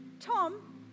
Tom